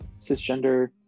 cisgender